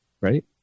right